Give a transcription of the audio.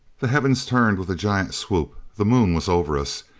the heavens turned with a giant swoop. the moon was over us.